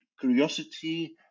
curiosity